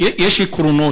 יש עקרונות.